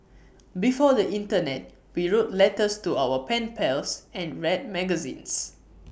before the Internet we wrote letters to our pen pals and read magazines